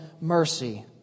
mercy